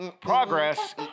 progress